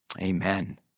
amen